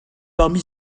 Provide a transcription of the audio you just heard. parmi